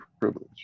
privilege